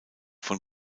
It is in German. von